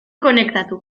konektatu